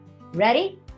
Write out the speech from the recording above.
Ready